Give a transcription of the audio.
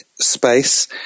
space